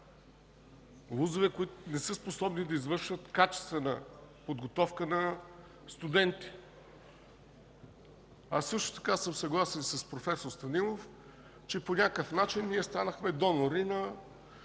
ВУЗ-ове, които не са способни да извършват качествена подготовка на студенти. Аз също така съм съгласен с проф. Станилов, че по някакъв начин ние станахме донори на